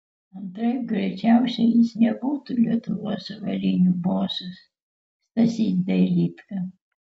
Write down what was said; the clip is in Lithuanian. antraip greičiausiai jis nebūtų lietuvos avialinijų bosas stasys dailydka